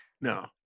No